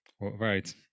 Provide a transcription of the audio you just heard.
Right